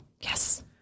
Yes